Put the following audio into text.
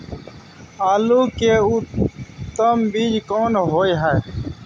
आलू के उत्तम बीज कोन होय है?